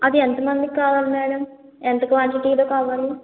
అది ఎంతమందికి కావాలి మేడం ఎంత క్వాంటిటీలో కావాలి